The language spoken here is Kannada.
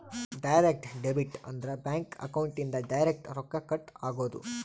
ಡೈರೆಕ್ಟ್ ಡೆಬಿಟ್ ಅಂದ್ರ ಬ್ಯಾಂಕ್ ಅಕೌಂಟ್ ಇಂದ ಡೈರೆಕ್ಟ್ ರೊಕ್ಕ ಕಟ್ ಆಗೋದು